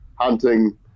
hunting